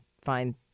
find